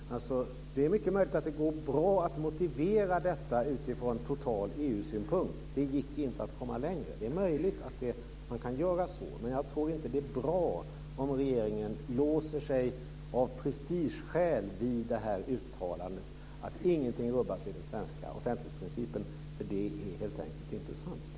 Det är mycket möjligt att det går bra att motivera detta från total EU-synpunkt, och säga: Det gick inte att komma längre. Det är möjligt att man kan göra så, men jag tror inte att det är bra om regeringen av prestigeskäl låser sig vid uttalandet att ingenting rubbas i den svenska offentlighetsprincipen, för det är helt enkelt inte sant.